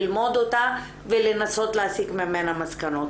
ללמוד אותה ולנסות להסיק ממנה מסקנות.